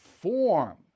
form